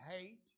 hate